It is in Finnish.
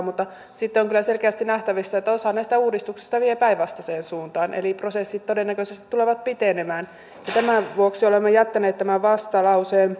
mutta sitten on kyllä selkeästi nähtävissä että osa näistä uudistuksista vie päinvastaiseen suuntaan eli prosessit todennäköisesti tulevat pitenemään ja tämän vuoksi olemme jättäneet tämän vastalauseen